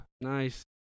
nice